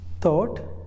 thought